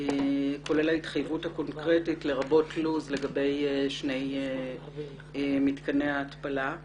כולל ההתחייבות הקונקרטית לרבות לוח זמנים לגבי שני מתקני ההתפלה.